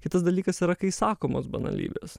kitas dalykas yra kai sakomos banalybės